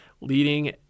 leading